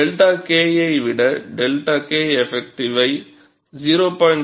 𝜹 K ஐ விட 𝜹Keff ஐ 0